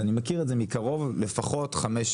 אני מכיר את זה מקרוב לפחות חמש,